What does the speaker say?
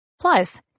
Plus